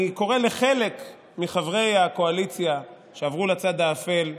אני קורא לחלק מחברי הקואליציה שעברו לצד האפל: